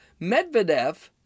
Medvedev